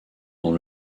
dans